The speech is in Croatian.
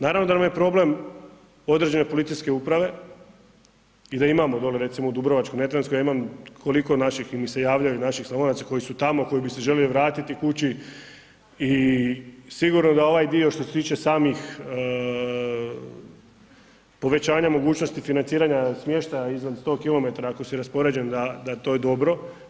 Naravno da nam je problem određene policijske uprave i da imamo recimo dole u Dubrovačko-neretvanskoj, ja imam koliko naših mi se javljaju, naših Slavonaca koji su tamo, koji bi se željeli vratiti kući i sigurno da ovaj dio što se tiče samih povećanja mogućnosti financiranja smještaja izvan 100 km ako si raspoređen da, da to je dobro.